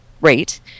rate